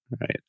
right